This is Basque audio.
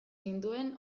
ninduten